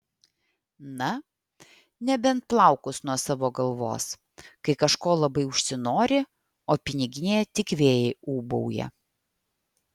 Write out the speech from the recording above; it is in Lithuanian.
na nebent plaukus nuo savo galvos kai kažko labai užsinori o piniginėje tik vėjai ūbauja